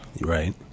Right